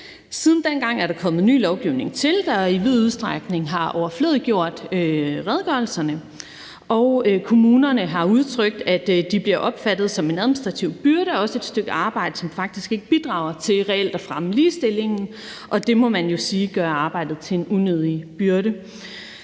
Siden dengang er der kommet ny lovgivning til, der i vid udstrækning har overflødiggjort redegørelserne, og kommunerne har udtrykt, at de bliver opfattet som en administrativ byrde, og at det også er et stykke arbejde, som faktisk ikke bidrager til reelt at fremme ligestillingen. Det må man jo sige gør arbejdet til en unødig byrde,